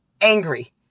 angry